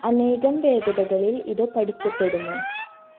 അനേകം വേഗതകളിൽ ഇത് പഠിക്കപ്പെടുന്നു